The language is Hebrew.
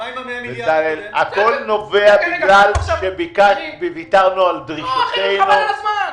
הודיעו לי שביום חמישי ניתנה חוות הדעת.